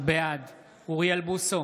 בעד אוריאל בוסו,